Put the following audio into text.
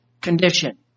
condition